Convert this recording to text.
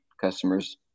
customers